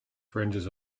fringes